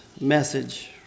message